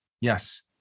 Yes